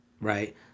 right